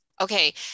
okay